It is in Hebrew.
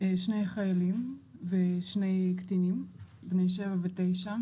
שני חיילים ושני קטינים בני 7 ו-9,